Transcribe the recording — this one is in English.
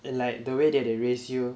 and like the way that they raise you